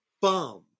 bum